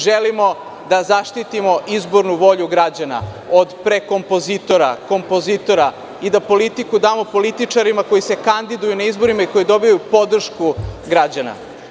Želimo da zaštitimo izbornu volju građana od prekompozitora, kompozitora i da politiku damo političarima koji se kandiduju na izborima i koji dobijaju podršku građana.